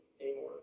anymore